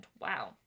Wow